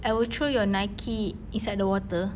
I will throw your nike inside the water